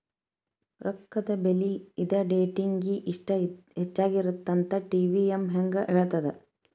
ರೊಕ್ಕದ ಬೆಲಿ ಇದ ಡೇಟಿಂಗಿ ಇಷ್ಟ ಹೆಚ್ಚಾಗಿರತ್ತಂತ ಟಿ.ವಿ.ಎಂ ಹೆಂಗ ಹೇಳ್ತದ